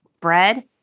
bread